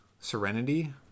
serenity